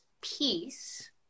peace